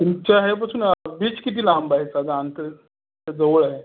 तुमच्या हे पासून बीच किती लांब आहे साधारण अंतर का जवळ आहे